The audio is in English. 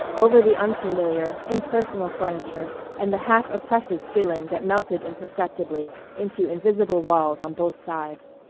over the unfamiliar, impersonal furniture and the half-oppressive ceiling that melted imperceptibly into invisible walls on both sides.